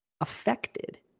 affected